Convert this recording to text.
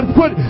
put